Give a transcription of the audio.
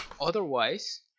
Otherwise